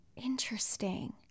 Interesting